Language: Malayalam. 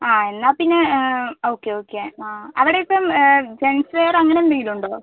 ആ എന്നാൽ പിന്നെ ഓക്കെ ഓക്കെ ആ അവിടെയിപ്പം ജൻസ് വെയർ അങ്ങനെന്തേലുമുണ്ടോ